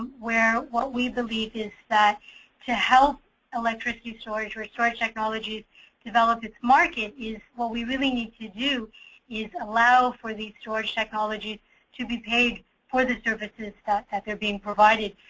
where what we believe is that to help electricity storage where storage technologies developed it's market is what we really need to do is allow for the storage technologies to be paid for the services that are being provide.